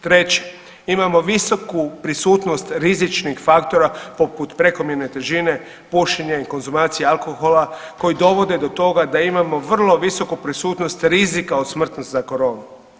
Treće, imamo visoku prisutnost rizičnih faktora poput prekomjerne težine, pušenje i konzumacija alkohola koji dovode do toga da imamo vrlo visoku prisutnost rizika od smrtnosti za koronu.